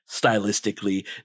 stylistically